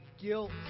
guilt